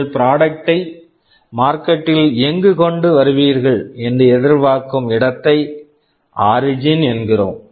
உங்கள் product product ஐ market market ல் எங்கு கொண்டு வருவீர்கள் என்று எதிர்பார்க்கும் இடத்தை ஆரிஜின் origin என்கிறோம்